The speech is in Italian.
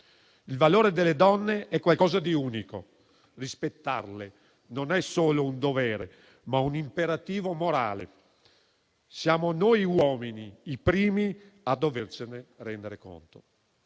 Il valore delle donne è qualcosa di unico, rispettarle non è solo un dovere, ma un imperativo morale. Siamo noi uomini i primi a dovercene rendere conto.